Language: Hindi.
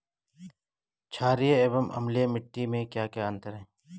छारीय एवं अम्लीय मिट्टी में क्या क्या अंतर हैं?